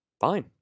Fine